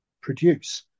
produce